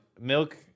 milk